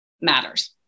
matters